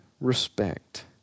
respect